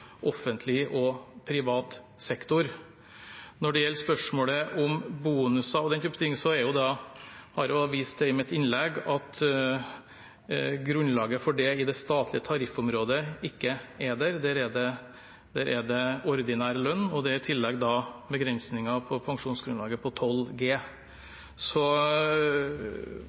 offentlig og privat sektor. Når det gjelder spørsmålet om bonuser og slikt, har jeg i mitt innlegg vist til at grunnlaget for det i det statlige tariffområdet ikke er der. Der er det ordinær lønn, og det er i tillegg begrensninger på pensjonsgrunnlaget på